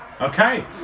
okay